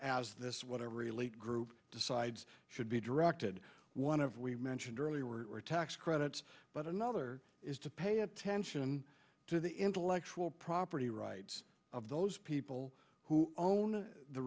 as this whatever elite group decides should be directed one of we mentioned earlier tax credits but another is to pay attention to the intellectual property rights of those people who own the